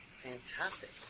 Fantastic